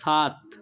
সাত